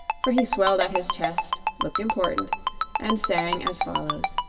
for he swelled out his chest, looked important and sang as follows